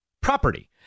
property